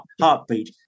heartbeat